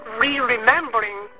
re-remembering